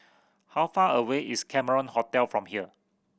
how far away is Cameron Hotel from here